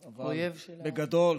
בגדול,